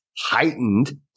Heightened